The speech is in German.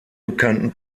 bekannten